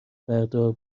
بردار